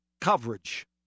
coverage